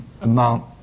amount